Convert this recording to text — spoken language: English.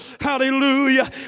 Hallelujah